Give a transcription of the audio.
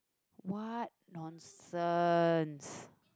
what nonsense